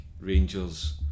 Rangers